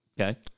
Okay